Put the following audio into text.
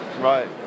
Right